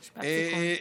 משפט סיכום.